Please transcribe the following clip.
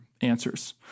answers